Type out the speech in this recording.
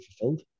fulfilled